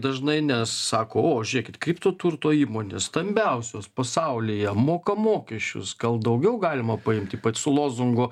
dažnai nes sako o žiūrėkit kripto turto įmonės stambiausios pasaulyje moka mokesčius gal daugiau galima paimt ypač su lozungu